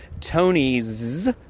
Tony's